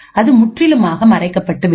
அது முற்றிலுமாக மறைக்கப்பட்டுவிடும்